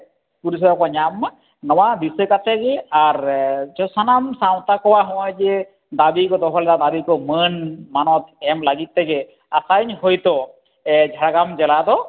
ᱯᱚᱨᱤᱥᱮᱵᱟ ᱠᱚ ᱧᱟᱢ ᱢᱟ ᱱᱚᱣᱟ ᱫᱤᱥᱟᱹ ᱠᱟᱛᱮ ᱜᱮ ᱟᱨ ᱡᱮ ᱥᱟᱱᱟᱢ ᱥᱟᱶᱛᱟ ᱠᱚᱣᱟᱜ ᱦᱚᱸᱜᱼᱚᱭ ᱡᱮ ᱫᱟᱵᱤ ᱠᱚ ᱫᱚᱦᱚ ᱞᱮᱫᱟ ᱫᱟᱵᱤ ᱠᱚ ᱢᱟᱹᱱ ᱢᱟᱱᱚᱛ ᱮᱢ ᱞᱟᱹᱜᱤᱫ ᱛᱮᱜᱮ ᱟᱥᱟᱭᱟᱹᱧ ᱦᱚᱭᱛᱳ ᱡᱷᱟᱲᱜᱨᱟᱢ ᱡᱮᱞᱟ ᱫᱚ